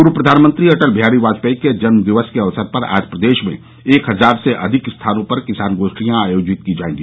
पूर्व प्रधानमंत्री अटल बिहारी बाजपेई के जन्मदिवस के अवसर पर आज प्रदेश में एक हजार से अधिक स्थानों पर किसान गोष्ठियां आयोजित की जायेंगी